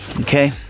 Okay